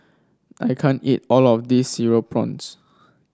I can't eat all of this Cereal Prawns